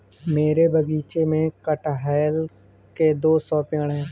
मेरे बगीचे में कठहल के दो सौ पेड़ है